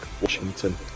washington